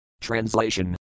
Translation